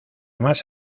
más